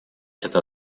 это